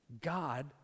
God